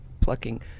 plucking